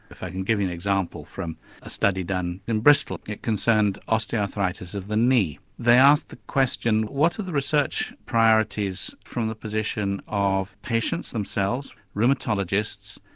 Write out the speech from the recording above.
if i can give you an example from a study done in bristol it concerned osteoarthritis of the knee. they asked the question what are the research priorities from the position of patients themselves, rheumatologists,